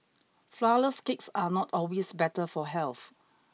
flourless cakes are not always better for health